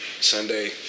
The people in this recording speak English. Sunday